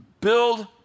build